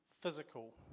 physical